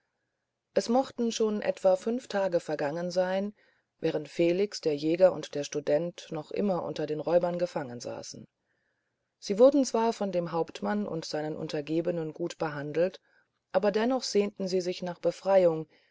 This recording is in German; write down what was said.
es mochten schon etwa fünf tage vergangen sein während felix der jäger und der student noch immer unter den räubern gefangen saßen sie wurden zwar von dem hauptmann und seinen untergebenen gut behandelt aber dennoch sehnten sie sich nach befreiung